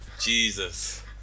Jesus